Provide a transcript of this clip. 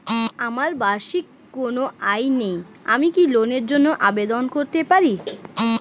আমার বার্ষিক কোন আয় নেই আমি কি লোনের জন্য আবেদন করতে পারি?